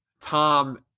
Tom